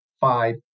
five